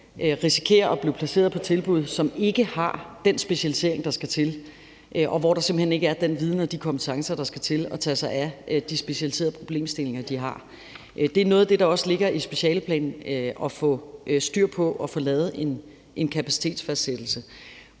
risikerer at blive placeret på tilbud, som ikke har den specialisering, der skal til, og hvor der simpelt hen ikke er den viden og de kompetencer, der skal til for at tage sig af de specialiserede problemstillinger, de har. Det er noget af det, der også ligger i specialeplanen at få styr på, ligesom der skal laves en kapacitetsfastsættelse.